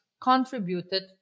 contributed